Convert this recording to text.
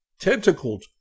tentacled